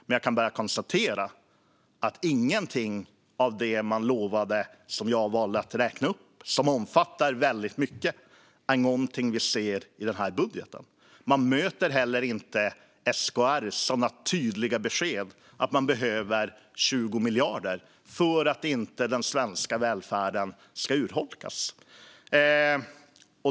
Men jag kan bara konstatera att ingenting av det man lovade och som jag valde att räkna upp, och som omfattar väldigt mycket, är något vi ser i den här budgeten. Man möter inte heller SKR och deras tydliga besked att man behöver 20 miljarder för att den svenska välfärden inte ska urholkas.